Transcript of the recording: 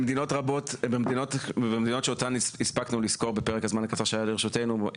במדינות אותן הספקנו לסקור בזמן הקצר שעמד לרשותנו,